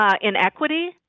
inequity